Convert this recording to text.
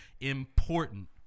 important